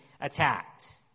attacked